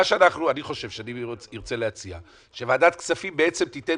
מה שאני חושב שאני ארצה להציע הוא שוועדת הכספים בעצם תיתן